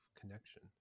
connection